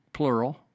Plural